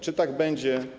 Czy tak będzie?